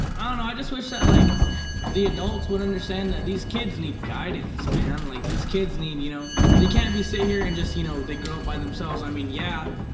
i don't know, i just wish that like the adults would understand that these kids need guidance, man. like these kids need, you know they can't be sitting here and just you know, they grow up by themselves. i mean yeah,